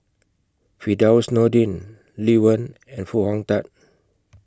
Firdaus Nordin Lee Wen and Foo Hong Tatt